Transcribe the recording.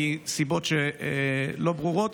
מסיבות לא ברורות,